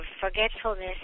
forgetfulness